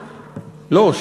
לא,